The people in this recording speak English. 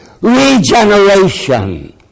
regeneration